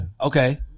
Okay